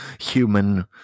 human